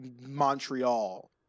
Montreal